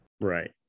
Right